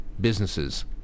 businesses